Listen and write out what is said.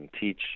teach